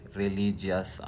religious